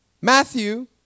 Matthew